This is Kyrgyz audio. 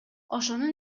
ошонун